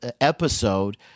episode